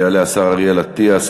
יעלה השר אריאל אטיאס.